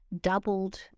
doubled